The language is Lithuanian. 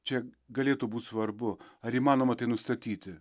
čia galėtų būt svarbu ar įmanoma tai nustatyti